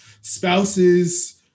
spouses